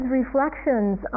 reflections